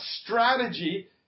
strategy